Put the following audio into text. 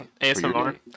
ASMR